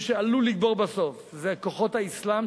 מי שעלול לגבור בסוף זה כוחות האסלאם,